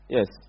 Yes